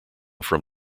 from